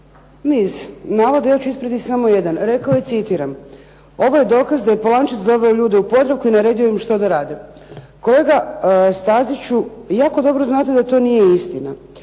niz navoda, ja ću ispraviti samo jedan. Rekao je, citiram: "Ovo je dokaz da je Polančec doveo ljude u "Podravku" i naredio im šta da rade." Kolega Staziću, jako dobro znate da to nije istina,